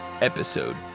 episode